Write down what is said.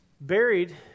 buried